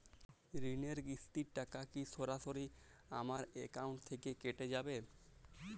ঋণের কিস্তির টাকা কি সরাসরি আমার অ্যাকাউন্ট থেকে কেটে যাবে?